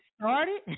started